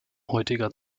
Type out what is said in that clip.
heutiger